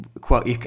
quote